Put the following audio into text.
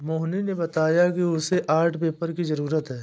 मोहिनी ने बताया कि उसे आर्ट पेपर की जरूरत है